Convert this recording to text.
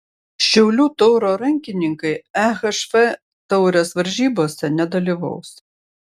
šiaulių tauro rankininkai ehf taurės varžybose nedalyvaus